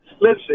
Listen